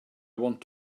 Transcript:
want